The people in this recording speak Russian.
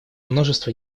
множество